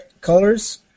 colors